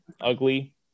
ugly